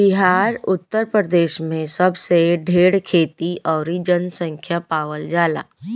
बिहार उतर प्रदेश मे सबसे ढेर खेती अउरी जनसँख्या पावल जाला